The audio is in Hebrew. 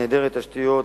נעדרת תשתיות,